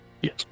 Yes